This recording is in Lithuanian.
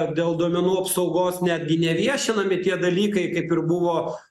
dėl duomenų apsaugos netgi neviešinami tie dalykai kaip ir buvo